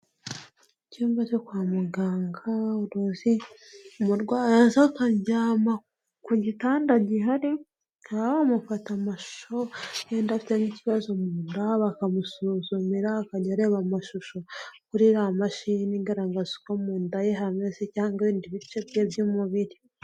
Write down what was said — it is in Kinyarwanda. Icyumba cyo kwa muganga uruzi umurwayi aza akaryama ku gitanda gihari, bakaba bamufata amashusho yenda afite nk'ikibazo mu nda bakamusuzumira, akajya areba amashusho kuri ya mashini igaragaza uko mu nda ye hameze cyangwa ibindi bice bye by'umubiri.